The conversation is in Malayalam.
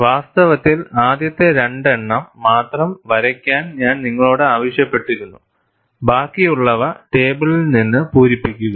വാസ്തവത്തിൽ ആദ്യത്തെ രണ്ട് എണ്ണം മാത്രം വരയ്ക്കാൻ ഞാൻ നിങ്ങളോട് ആവശ്യപ്പെട്ടിരുന്നു ബാക്കിയുള്ളവ ടേബിളിൽ നിന്ന് പൂരിപ്പിക്കുക